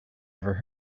ever